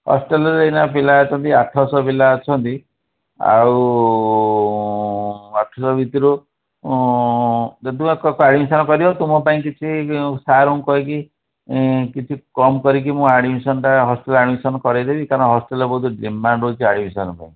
ହଷ୍ଟେଲ୍ରେ ଏଇନା ପିଲା ଅଛନ୍ତି ଆଠଶହ ପିଲା ଅଛନ୍ତି ଆଉ ଆଠଶହ ଭିତରୁ ଯଦି ତୁମେ ଆଡ଼୍ମିଶନ୍ କରିବ ତୁମ ପାଇଁ କିଛି ସାର୍ଙ୍କୁ କହିକି କିଛି କମ୍ କରିକି ମୁଁ ଆଡ଼୍ମିଶନ୍ଟା ହଷ୍ଟେଲ୍ ଆଡ଼୍ମିଶନ୍ କରେଇଦେବି କାରଣ ହଷ୍ଟେଲ୍ର ବହୁତ ଡିମାଣ୍ଡ୍ ରହୁଛି ଆଡ଼୍ମିଶନ୍ ପାଇଁ